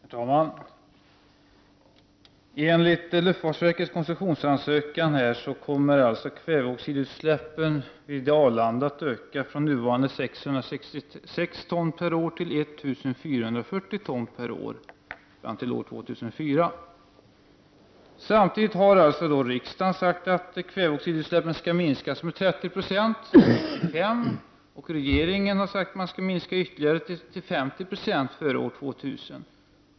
Herr talman! Enligt luftfartsverkets koncessionsansökan kommer kväveoxidutsläppen vid Arlanda att öka från nuvarande 666 ton per år till 1 440 ton per år fram till år 2004. Samtidigt har riksdagen uttalat att kväveoxidut släppen skall minskas med 30 96. Regeringen har uttalat att dessa utsläpp skall minskas ytterligare, nämligen med 50 96 före år 2000.